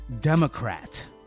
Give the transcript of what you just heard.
Democrat